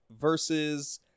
versus